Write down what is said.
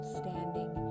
standing